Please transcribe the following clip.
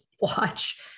watch